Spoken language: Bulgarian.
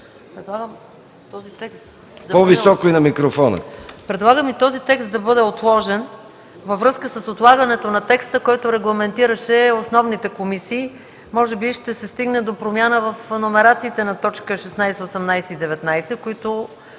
Предлагам и този текст да бъде отложен във връзка с отлагането на текста, който регламентираше основните комисии. Може би ще се стигне до промяна в номерацията на т. 16, 18 и 19, които